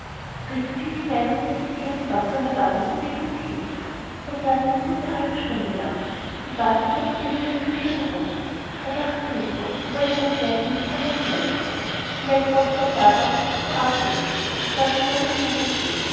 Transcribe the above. ging hinein und setzte sich auf die bank an der wand und bewegte sich nicht so saß er eine gute halbe stunde lang die base fuhr noch immer in der küche herum da dachte rico er wolle ganz leise in die kammer hineinschauen vielleicht wollte der vater auch etwas zu abend essen es war schon lange zeit dazu